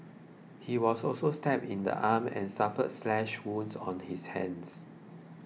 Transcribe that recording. he was also stabbed in the arm and suffered slash wounds on his hands